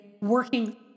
working